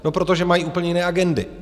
No, protože mají úplně jiné agendy.